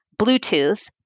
Bluetooth